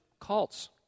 cults